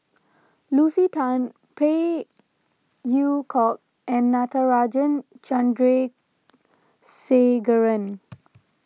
Lucy Tan Phey Yew Kok and Natarajan Chandrasekaran